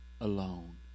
alone